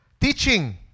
teaching